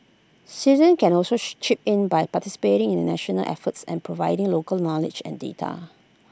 citizen can also chip in by participating in the national effort and providing local knowledge and data